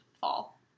Fall